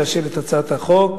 לאשר את הצעת החוק,